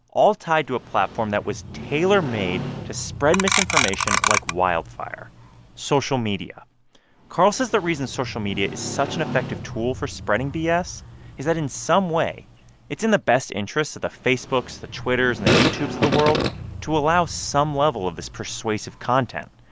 all tied to a platform that was tailor-made to spread misinformation like wildfire social media carl says the reason social media is such an effective tool for spreading bs is that in some way it's in the best interests of the facebooks, the twitters and the youtubes of the world to allow some level of this persuasive content,